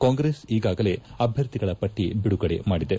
ಕಾಂಗ್ರೆಸ್ ಈಗಾಗಲೇ ಅಭ್ಯರ್ಥಿಗಳ ಪಟ್ಟ ಬಿಡುಗಡೆ ಮಾಡಿದೆ